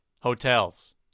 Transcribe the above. Hotels